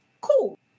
Cool